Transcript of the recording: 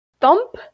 thump